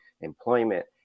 employment